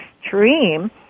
extreme